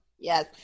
Yes